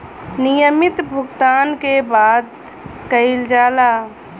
नियमित भुगतान के बात कइल जाला